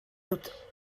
out